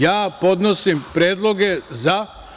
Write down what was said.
Ja podnosim predloge za.